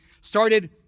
started